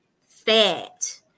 fat